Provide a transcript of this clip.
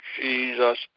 Jesus